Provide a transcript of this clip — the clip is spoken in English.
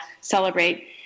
celebrate